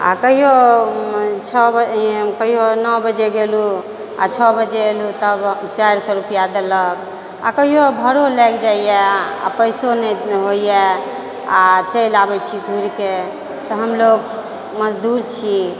आओर कहियौ छओ बजे कहियो नओ बजे गेलहुँ आओर छओ बजे अयलहुँ तब चारि सए रुपिआ देलक आओर कहियो भाड़ो लागि जाइए आओर पैसो नहि होइए आओर चलि आबै छी घुरिके तऽ हम लोग मजदूर छी